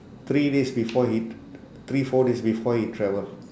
three days before he t~ t~ three four days before he travel